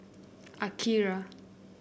Akira